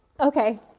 okay